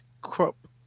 crop